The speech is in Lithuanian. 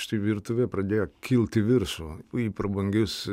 ši virtuvė pradėjo kilt į višų į prabangius